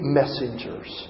messengers